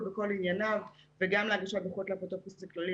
בכל ענייניו וגם בהגשת דוחות לאפוטרופוס הכללי,